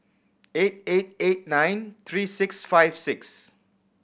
eight eight eight nine three six five six